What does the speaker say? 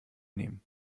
nehmen